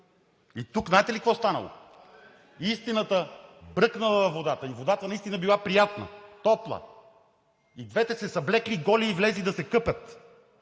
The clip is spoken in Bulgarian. И тук знаете ли какво станало? Истината бръкнала във водата и водата наистина била приятна, топла. И двете се съблекли голи и влезли да се къпят,